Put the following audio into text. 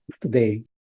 today